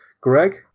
Greg